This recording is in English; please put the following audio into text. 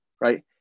right